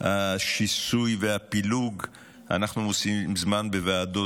השיסוי והפילוג אנחנו מוצאים זמן בוועדות